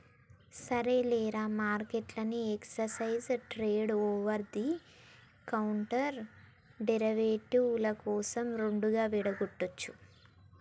సరేలేరా, మార్కెట్ను exchange traded over the counter derivative ల కోసం రెండుగా విడగొట్టొచ్చు